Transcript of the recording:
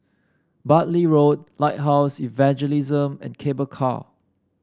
Bartley Road Lighthouse Evangelism and Cable Car